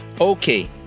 Okay